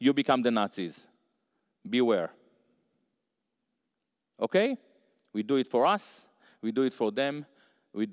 you become the nazis be aware ok we do it for us we do it for them we